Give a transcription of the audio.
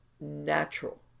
natural